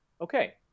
okay